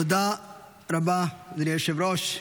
תודה רבה, אדוני היושב-ראש.